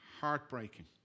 heartbreaking